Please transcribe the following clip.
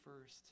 first